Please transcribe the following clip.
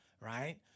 Right